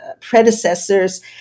predecessors